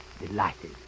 delighted